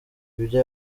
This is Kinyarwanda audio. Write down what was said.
ibyo